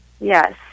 Yes